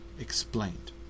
Explained